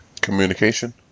Communication